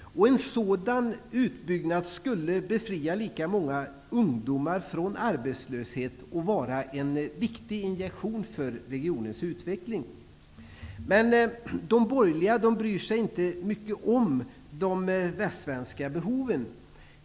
En sådan utbyggnad skulle befria lika många ungdomar från arbetslöshet och vara en viktig injektion för regionens utveckling. Men de borgerliga bryr sig inte mycket om de västsvenska behoven.